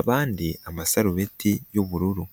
abandi amasarubeti y'ubururu.